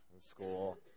school